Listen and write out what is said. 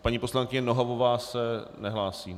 Paní poslankyně Nohavová se nehlásí?